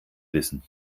wissen